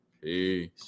Peace